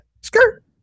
skirt